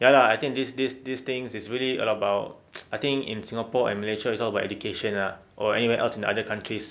ya I think these these these things is really about I think in singapore and malaysia also about education ah or anywhere else in other countries